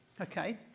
okay